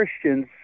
Christians